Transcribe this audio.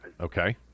Okay